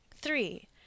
Three